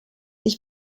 ich